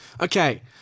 Okay